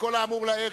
מכל האמור לעיל,